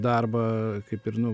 darbą kaip ir nu